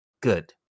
good